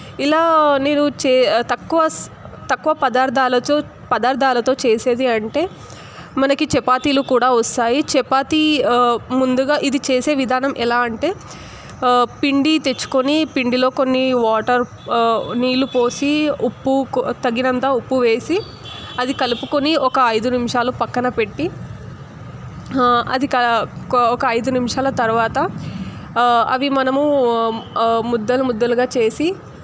ఇలా నేను చే తక్కువ తక్కువ పదార్థాలచొ పదార్థాలతో చేసేది అంటే మనకి చపాతీలు కూడా వస్తాయి చపాతీ ముందుగా ఇది చేసే విధానం ఎలా అంటే పిండి తెచ్చుకొని పిండిలో కొన్ని వాటర్ నీళ్లు పోసి ఉప్పు తగినంత ఉప్పు వేసి అది కలుపుకొని ఒక ఐదు నిమిషాలు పక్కన పెట్టి అది ఒక ఐదు నిమిషాలు తర్వాత అవి మనము ముద్దలు ముద్దలుగా చేసి